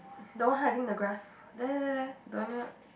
the one hiding in the grass there there there the only one